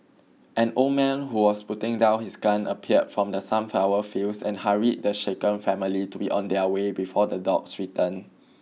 an old man who was putting down his gun appeared from the sunflower fields and hurried the shaken family to be on their way before the dogs return